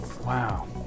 Wow